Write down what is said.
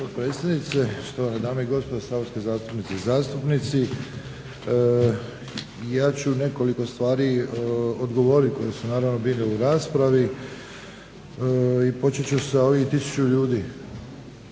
dame i gospodo saborske zastupnice i zastupnici. Ja ću nekoliko stvari odgovoriti koji su naravno bili u raspravi i počet ću sa ovih 1000 ljudi.